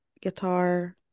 guitar